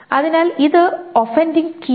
അതിനാൽ ഇതാണ് offending keys